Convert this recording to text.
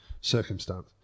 circumstance